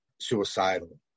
suicidal